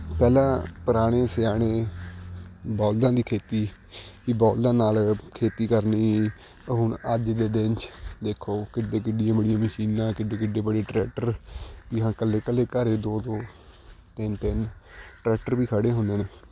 ਪਹਿਲਾਂ ਪੁਰਾਣੇ ਸਿਆਣੇ ਬਲਦਾਂ ਦੀ ਖੇਤੀ ਵੀ ਬਲਦਾਂ ਨਾਲ ਖੇਤੀ ਕਰਨੀ ਅ ਹੁਣ ਅੱਜ ਦੇ ਦਿਨ 'ਚ ਦੇਖੋ ਕਿੱਡੇ ਕਿੱਡੀਆਂ ਬੜੀਆਂ ਮਸ਼ੀਨਾਂ ਕਿੱਡੇ ਕਿੱਡੇ ਬੜੇ ਟਰੈਕਟਰ ਵੀ ਹਾਂ ਇਕੱਲੇ ਇਕੱਲੇ ਘਰ ਦੋ ਦੋ ਤਿੰਨ ਤਿੰਨ ਟਰੈਕਟਰ ਵੀ ਖੜ੍ਹੇ ਹੁੰਦੇ ਨੇ